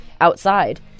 outside